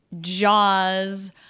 Jaws